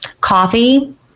coffee